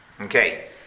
Okay